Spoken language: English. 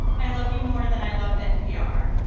i love you more than i love npr